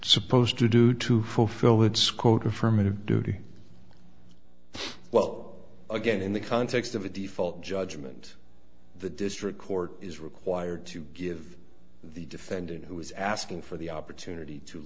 supposed to do to fulfill its quote affirmative duty well again in the context of a default judgment the district court is required to give the defendant who is asking for the opportunity to